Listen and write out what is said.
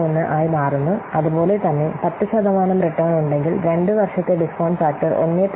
9091 ആയി മാറുന്നു അതുപോലെ തന്നെ 10 ശതമാനം റിട്ടേൺ ഉണ്ടെങ്കിൽ 2 വർഷത്തെ ഡിസ്കൌണ്ട് ഫാക്ടർ 1